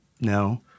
No